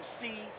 see